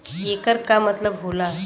येकर का मतलब होला?